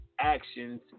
actions